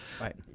right